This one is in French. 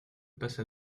passa